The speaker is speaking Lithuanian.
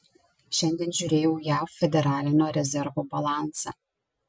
šiandien žiūrėjau jav federalinio rezervo balansą